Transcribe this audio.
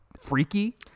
freaky